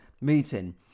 meeting